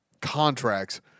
contracts